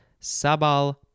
Sabal